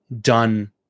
done